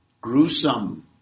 gruesome